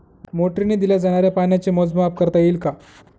मोटरीने दिल्या जाणाऱ्या पाण्याचे मोजमाप करता येईल का?